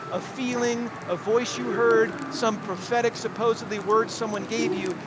a feeling, a voice you heard, some prophetic supposedly, words someone gave you.